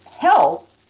help